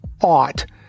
ought